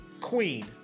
queen